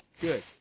good